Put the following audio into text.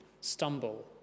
stumble